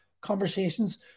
conversations